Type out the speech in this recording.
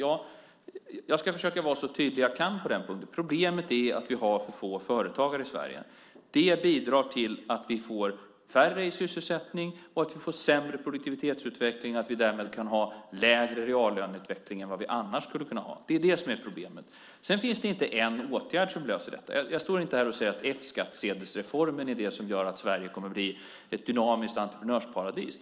Ja, jag ska försöka vara så tydlig jag kan på den punkten. Problemet är att vi har för få företagare i Sverige. Det bidrar till att vi får färre i sysselsättning och sämre produktivitetsutveckling och att vi därmed kan ha lägre reallöneutveckling än vad vi annars skulle ha. Det är det som är problemet. Det finns inte bara en åtgärd som löser detta. Jag står inte här och säger att F-skattsedelsreformen är det som gör att Sverige kommer att bli ett dynamiskt entreprenörsparadis.